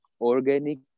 organic